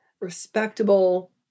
respectable